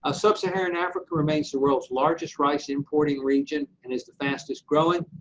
ah sub-saharan africa remains the world's largest rice importing region and is the fastest growing.